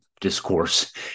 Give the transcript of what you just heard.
discourse